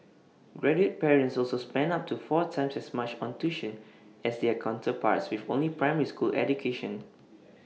graduate parents also spent up to four times as much on tuition as their counterparts with only primary school education